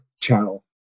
channel